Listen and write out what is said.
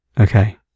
Okay